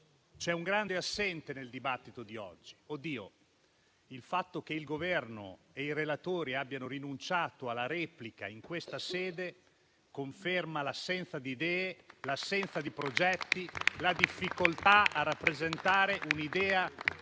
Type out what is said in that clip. C'è un grande assente nel dibattito di oggi. Il fatto che il Governo e i relatori abbiano rinunciato alla replica in questa sede conferma l'assenza di idee e di progetti e la difficoltà a rappresentare un'idea